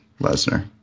lesnar